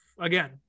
Again